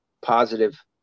positive